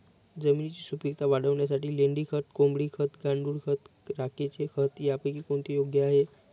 जमिनीची सुपिकता वाढवण्यासाठी लेंडी खत, कोंबडी खत, गांडूळ खत, राखेचे खत यापैकी कोणते योग्य आहे?